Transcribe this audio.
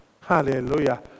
Hallelujah